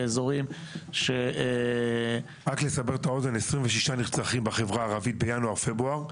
באזורים --- רק לסבר את האוזן: 26 נרצחים בחברה הערבית בינואר-פברואר,